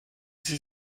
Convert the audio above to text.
sie